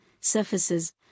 surfaces